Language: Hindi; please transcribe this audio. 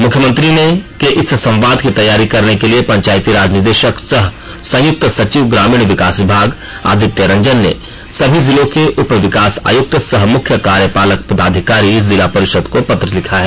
मुख्यमंत्री के इस संवाद की तैयारी करने के लिए पंचायती राज निदेशक सह संयुक्त सचिव ग्रामीण विकास विभाग आदित्य रंजन ने सभी जिलों के उपविकास आयुक्त सह मुख्य कार्यपालक पदाधिकारी जिला परिषद को पत्र लिखा है